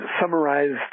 summarized